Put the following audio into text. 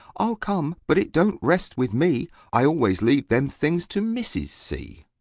i'll come but it don't rest with me i always leaves them things to mrs. c.